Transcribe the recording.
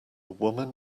woman